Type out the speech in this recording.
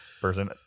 person